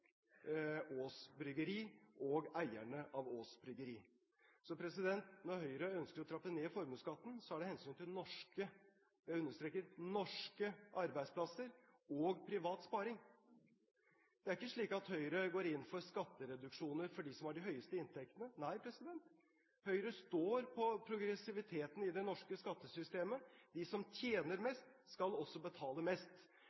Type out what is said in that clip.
Aass Bryggeri og eierne av Aass Bryggeri. Når Høyre ønsker å trappe ned formuesskatten, er det av hensyn til norske – jeg understreker: norske – arbeidsplasser og privat sparing. Det er ikke slik at Høyre går inn for skattereduksjoner for dem som har de høyeste inntektene. Nei, Høyre står for progressiviteten i det norske skattesystemet. De som tjener mest,